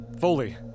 Foley